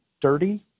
dirty